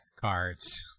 cards